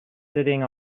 sitting